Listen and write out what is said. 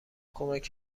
کمک